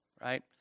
right